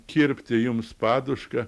kirpti jums padušką